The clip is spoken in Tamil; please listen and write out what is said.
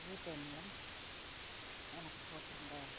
ஜிபே மூலம் எனக்கு போட்டிருங்க